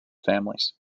families